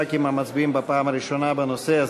חברי הכנסת המצביעים בפעם הראשונה בנושא הזה.